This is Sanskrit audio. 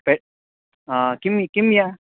पे किं किं यत्